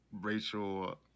Rachel